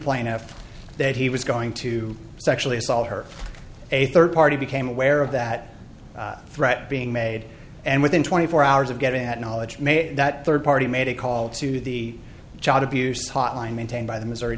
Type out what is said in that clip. plaintiff that he was going to sexually assault her a third party became aware of that threat being made and within twenty four hours of getting that knowledge made that third party made a call to the child abuse hotline maintained by the missouri